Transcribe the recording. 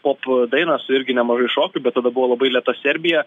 pop dainos irgi nemažai šokių bet tada buvo labai lėta serbija